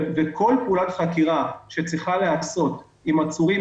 כל פעולת חקירה שצריכה להיעשות עם עצורים